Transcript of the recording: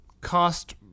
cost